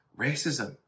racism